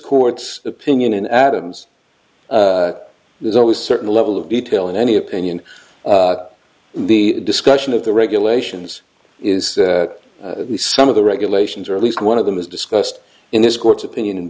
court's opinion in adams there's always certain level of detail in any opinion the discussion of the regulations is the sum of the regulations or at least one of them is discussed in this court's opinion